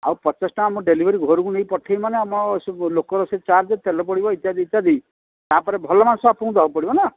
ଆଉ ପଚାଶ ଟଙ୍କା ମୁଁ ଡେଲିଭରି ଘରକୁ ନେଇ ପଠାଇବି ମାନେ ଆମ ସେହି ଲୋକର ସେ ଚାର୍ଜ୍ ତେଲ ପଡ଼ିବ ଇତ୍ୟାଦି ଇତ୍ୟାଦି ତା'ପରେ ଭଲ ମାଂସ ଆପଣଙ୍କୁ ଦେବାକୁ ପଡ଼ିବ ନା